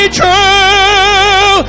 true